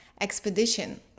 expedition